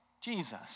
Jesus